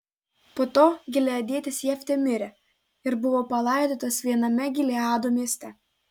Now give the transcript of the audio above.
po to gileadietis jeftė mirė ir buvo palaidotas viename gileado mieste